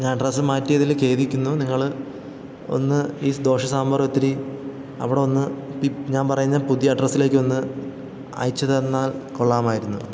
ഞാൻ അഡ്രെസ്സ് മാറ്റിയതില് ഖേദിക്കുന്നു നിങ്ങള് ഒന്ന് ഈ ദോശേം സാമ്പാറും ഇത്തിരി അവിടെ ഒന്ന് ഞാൻ പറയുന്ന പുതിയ അഡ്രസ്സിലേക്കൊന്ന് അയച്ചുതന്നാൽ കൊള്ളാമായിരുന്നു